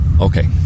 Okay